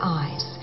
eyes